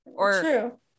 True